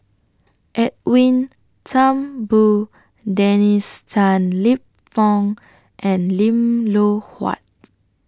Edwin Thumboo Dennis Tan Lip Fong and Lim Loh Huat